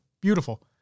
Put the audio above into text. Beautiful